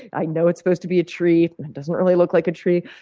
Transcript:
i know it's supposed to be a tree, and it doesn't really look like a tree.